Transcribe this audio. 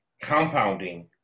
compounding